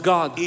God